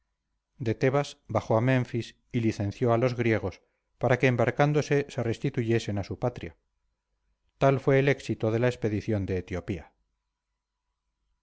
de tebas bajó a menfis y licenció a los griegos para que embarcándose se restituyesen a su patria tal fue el éxito de la expedición de etiopía